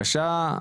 בבקשה.